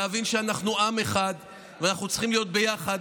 להבין שאנחנו עם אחד ושאנחנו צריכים להיות ביחד,